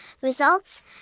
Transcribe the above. results